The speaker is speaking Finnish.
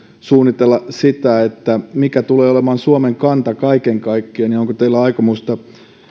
suunnitella sitä mikä tulee olemaan suomen kanta kaiken kaikkiaan ja onko teillä aikomusta